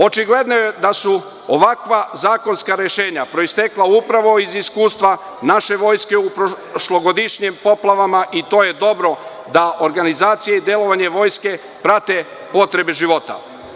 Očigledno je da su ovakva zakonska rešenja proistekla upravo iz iskustva naše vojske u prošlogodišnjim poplavama, i to je dobro da organizacija i delovanje vojske prate potrebe života.